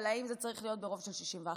אם זה צריך להיות ברוב של 61